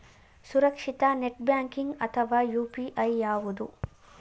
ಸುರಕ್ಷಿತ net banking ಅಥವಾ UPI ಯಾವುದು?